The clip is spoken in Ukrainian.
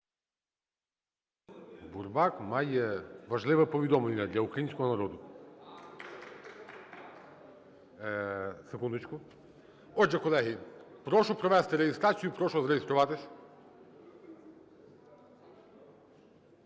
Бурбак має важливе повідомлення для українського народу. Секундочку. Отже, колеги, прошу провести реєстрацію. Прошу зареєструватися.